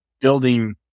building